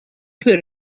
put